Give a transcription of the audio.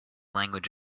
language